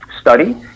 study